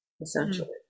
essentially